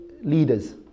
leaders